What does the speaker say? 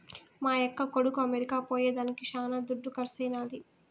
మా యక్క కొడుకు అమెరికా పోయేదానికి శానా దుడ్డు కర్సైనాది